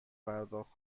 پرداخت